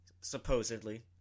Supposedly